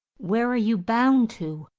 where are you bound to?